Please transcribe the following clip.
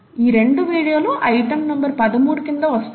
ఈ రెండు వీడియోలు ఐటెం 13 కింద వస్తాయి